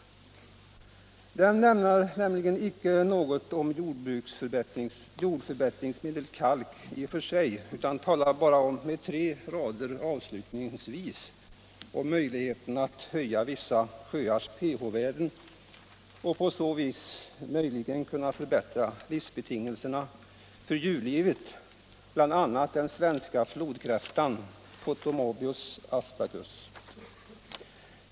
Den säger nämligen inte någonting om jordförbättringsmedlet kalk i och för sig utan talar bara i tre rader avslutningsvis om möjligheten att höja vissa sjöars pH-värde och på så vis förbättra livsbetingelserna för djurlivet, bl.a. den svenska flodkräftan, potamobius astacus.